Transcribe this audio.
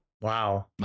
Wow